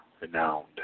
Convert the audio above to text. Renowned